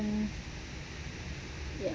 mm ya